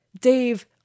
Dave